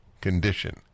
condition